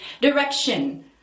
direction